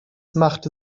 machte